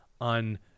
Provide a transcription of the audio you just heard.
on